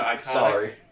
sorry